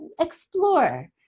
Explore